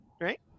right